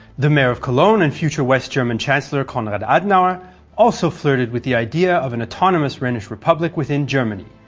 the mayor of cologne and future west german chancellor konrad adenauer also flirted with the idea of an autonomous rhenish republic within germany,